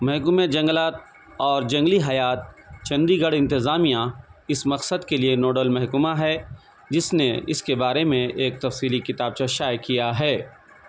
محکمہ جنگلات اور جنگلی حیات، چندی گڑھ انتظامیہ اس مقصد کے لیے نوڈل محکمہ ہے جس نے اس کے بارے میں ایک تفصیلی کتابچہ شائع کیا ہے